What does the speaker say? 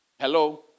Hello